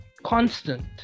Constant